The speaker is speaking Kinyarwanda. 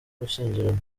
gushyingiranwa